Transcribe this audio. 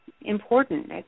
important